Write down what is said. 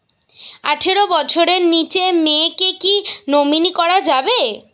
আঠারো বছরের নিচে মেয়েকে কী নমিনি করা যাবে?